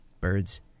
birds